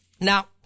Now